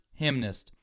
hymnist